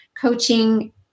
coaching